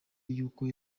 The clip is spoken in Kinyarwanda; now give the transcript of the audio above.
yuko